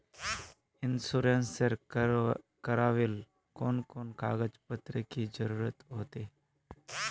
Insurance करावेल कोन कोन कागज पत्र की जरूरत होते?